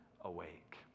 awake